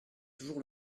toujours